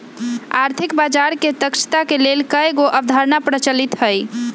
आर्थिक बजार के दक्षता के लेल कयगो अवधारणा प्रचलित हइ